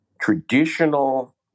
traditional